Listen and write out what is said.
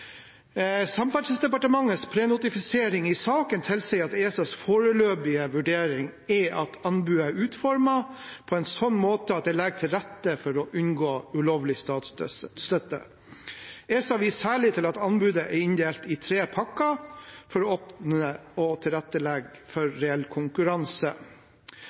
Samferdselsdepartementets prenotifisering i saken tilsier at ESAs foreløpige vurdering er at anbudet er utformet på en slik måte at det legger til rette for å unngå ulovlig statsstøtte. ESA viser særlig til at anbudet er inndelt i tre pakker for å åpne og tilrettelegge for reell konkurranse.